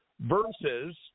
versus